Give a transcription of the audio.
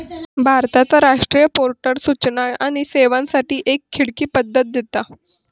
भारताचा राष्ट्रीय पोर्टल सूचना आणि सेवांसाठी एक खिडकी पद्धत देता